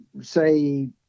say